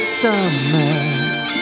summer